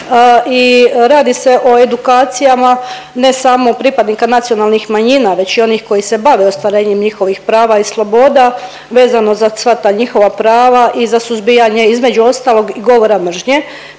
i radi se o edukacijama ne samo pripadnika nacionalnih manjina već i onih koji se bave ostvarenjem njihovih prava i sloboda vezano za sva ta njihova prava i za suzbijanje između ostalog i govora mržnje,